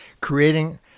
creating